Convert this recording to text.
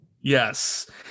Yes